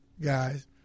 guys